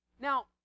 Now